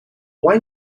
why